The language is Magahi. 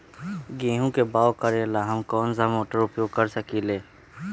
गेंहू के बाओ करेला हम कौन सा मोटर उपयोग कर सकींले?